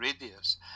radius